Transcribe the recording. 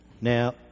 Now